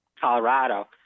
Colorado